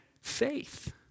faith